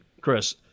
Chris